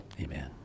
Amen